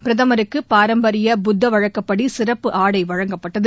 பிரதமருக்கு பாரம்பரிய புத்த வழக்கப்படி சிறப்பு ஆடை வழங்கப்பட்டது